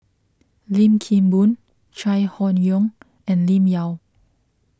Lim Kim Boon Chai Hon Yoong and Lim Yau